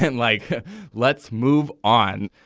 and like let's move on.